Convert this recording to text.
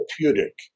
therapeutic